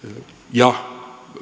ja